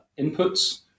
inputs